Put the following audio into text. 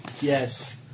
Yes